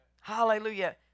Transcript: Hallelujah